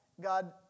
God